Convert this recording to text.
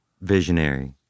Visionary